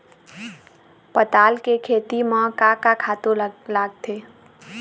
पताल के खेती म का का खातू लागथे?